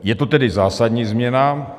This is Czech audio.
Je to tedy zásadní změna.